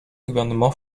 gouvernement